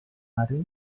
mare